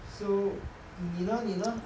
so 你呢你呢